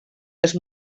els